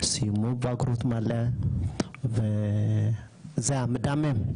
סיימו בגרות מלאה וזה 'מדמם'.